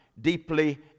deeply